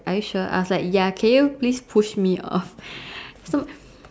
are you sure I was like ya can you please push me off so